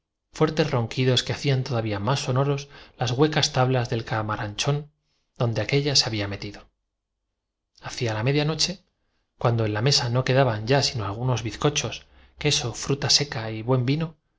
ventana que hacían todavía más sonoros las huecas tablas del camaranchón don ta que hablo a ustedes de localesnos dijo hermannhe de en de aquélla se había metido hacia la media noche cuando en la mesa no terarles de las disposiciones interiores de la posada pues del exacto quedaban ya sino algunos bizcochos queso fruta seca y buen vino